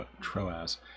Troas